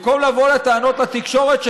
במקום לבוא בטענות לתקשורת,